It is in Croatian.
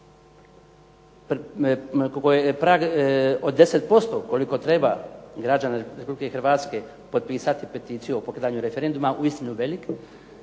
od 10% koliko treba građana Republike Hrvatske potpisati peticiju o pokretanju referenduma uistinu velik,